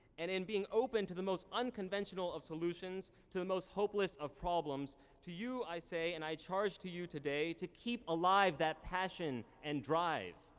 and in being open to the most unconventional of solutions to the most hopeless of problems to you, i say, and i charge to you today to keep alive that passion and drive.